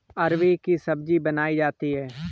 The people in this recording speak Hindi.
अरबी की सब्जी बनायीं जाती है